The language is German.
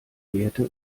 werte